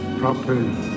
properly